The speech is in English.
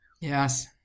yes